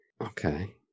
Okay